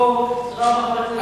אז בוא, תודה רבה לחבר הכנסת טיבי.